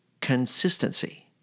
consistency